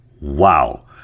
Wow